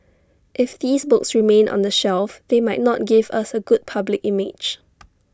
if these books remain on the shelf they might not give us A good public image